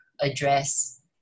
address